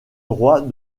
droit